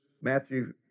Matthew